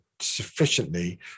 sufficiently